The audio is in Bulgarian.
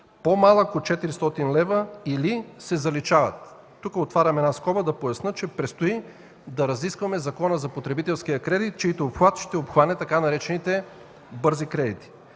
„по-малък от 400 лв. или” се заличават”. Тук отварям една скоба да поясня, че предстои да разискваме Законът за потребителския кредит, който ще обхване така наречените „бързи кредити”.